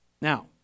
Now